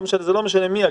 לא משנה מי,